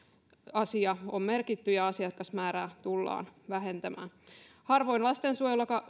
asia on merkitty ja asiakasmäärää tullaan vähentämään harvoin lastensuojeluakaan